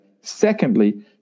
Secondly